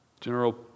General